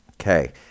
Okay